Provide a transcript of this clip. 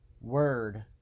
word